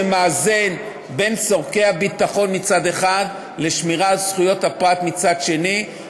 שמאזן בין צורכי הביטחון מצד אחד לשמירה על זכויות הפרט מצד אחר.